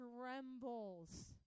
trembles